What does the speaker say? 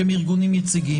שהם ארגונים יציגים,